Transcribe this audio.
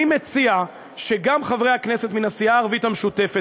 אני מציע שגם חברי הכנסת מן הסיעה הערבית המשותפת,